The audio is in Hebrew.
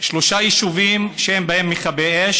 שלושה יישובים שאין בהם מכבי אש,